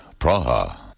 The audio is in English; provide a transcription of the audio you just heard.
Praha